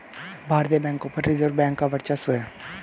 भारतीय बैंकों पर रिजर्व बैंक का वर्चस्व है